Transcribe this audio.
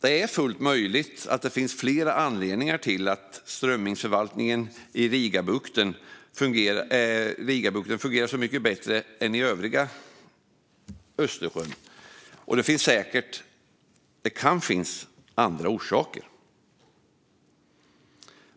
Det är fullt möjligt att det finns fler anledningar till att strömmingsförvaltningen i Rigabukten fungerar så mycket bättre än i övriga Östersjön. Det kan finnas andra orsaker.